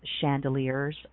chandeliers